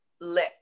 lip